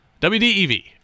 WDEV